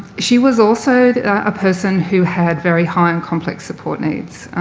she was also a person who had very high and complex support needs.